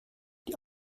die